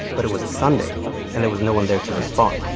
but it was a sunday and there was no one there to respond.